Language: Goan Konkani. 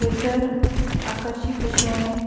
थंयसर आकर्शीक अशें